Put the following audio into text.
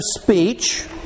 speech